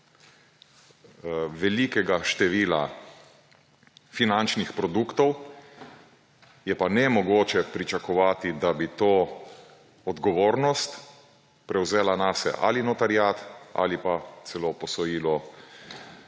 velikega števila finančnih produktov, je pa nemogoče pričakovati, da bi to odgovornost prevzela nase ali notariat ali pa celo posojilojemalec.